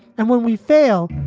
and when we fail,